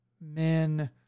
men